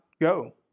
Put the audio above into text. go